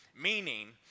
meaning